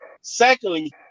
Secondly